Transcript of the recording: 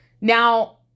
Now